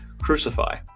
Crucify